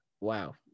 Wow